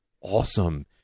awesome